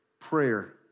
Prayer